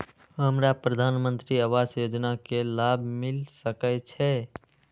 हमरा प्रधानमंत्री आवास योजना के लाभ मिल सके छे?